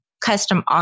custom